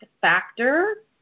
factor